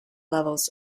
levels